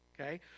Okay